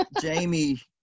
Jamie